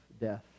death